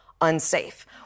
unsafe